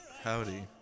Howdy